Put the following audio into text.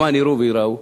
למען יראו וייראו,